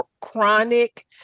chronic